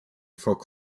folk